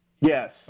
Yes